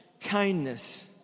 kindness